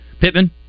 Pittman